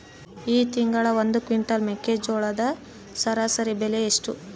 ಈ ತಿಂಗಳ ಒಂದು ಕ್ವಿಂಟಾಲ್ ಮೆಕ್ಕೆಜೋಳದ ಸರಾಸರಿ ಬೆಲೆ ಎಷ್ಟು?